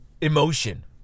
emotion